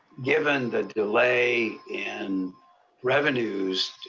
given the delay in revenues,